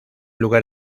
lugar